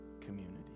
community